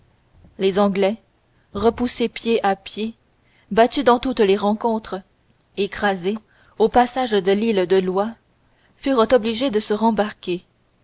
les anglais repoussés pied à pied battus dans toutes les rencontres écrasés au passage de l'île de loix furent obligés de se rembarquer